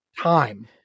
time